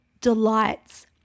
delights